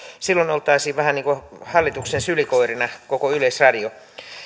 silloin olisi vähän niin kuin hallituksen sylikoirana koko yleisradio